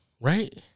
right